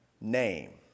name